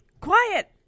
quiet